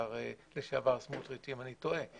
השר לשעבר, סמוטריץ', אם אני טועה.